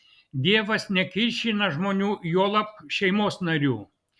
dievas nekiršina žmonių juolab šeimos narių